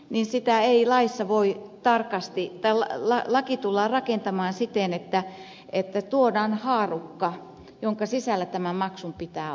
niin sitä ei laissa voi veroluonteinen maksu laki tullaan rakentamaan siten että tuodaan haarukka jonka sisällä tämän maksun pitää olla